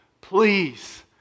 please